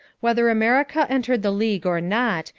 whether america entered the league or not,